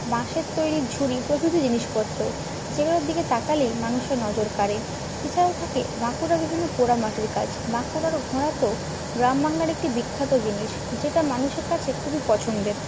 বাঁশের তৈরি ঝুড়ি প্রভৃতি জিনিসপত্র যেগুলোর দিকে তাকালেই মানুষের নজর কাড়ে এছাড়াও থাকে বাঁকুড়ার বিভিন্ন পোড়ামাটির কাজ বাঁকুড়ার ঘোড়া তো গ্রামবাংলার একটি বিখ্যাত জিনিস যেটা মানুষের কাছে খুবই পছন্দের